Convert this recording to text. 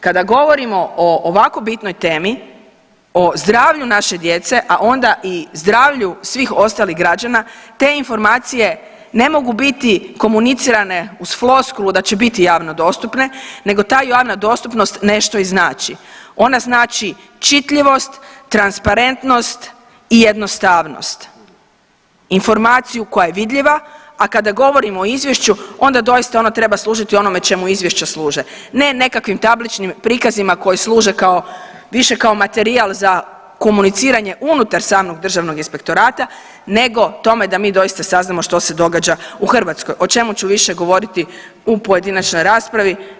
Kada govorimo o ovako bitnoj temi o zdravlju naše djece, a onda i zdravlju svih ostalih građana te informacije ne mogu biti komunicirane uz floskulu da će biti javno dostupne nego ta javna dostupnost nešto i znači, ona znači čitljivost, transparentnost i jednostavnost, informaciju koja je vidljiva, a kada govorimo o izvješću onda doista ono treba služiti onome čemu izvješća služe ne nekakvim tabličnim prikazima koji služe kao, više kao materijal za komuniciranje unutar samog državnog inspektorata nego tome da mi doista saznamo što se događa u Hrvatskoj, o čemu ću više govoriti u pojedinačnoj raspravi.